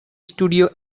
studio